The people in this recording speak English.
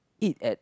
eat at